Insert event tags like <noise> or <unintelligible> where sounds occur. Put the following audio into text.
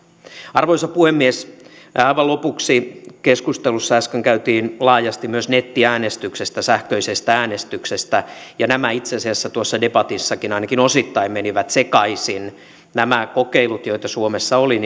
arvoisa puhemies aivan lopuksi keskustelua äsken käytiin laajasti myös nettiäänestyksestä ja sähköisestä äänestyksestä ja nämä itse asiassa tuossa debatissakin ainakin osittain menivät sekaisin nämä kokeilut joita suomessa oli <unintelligible>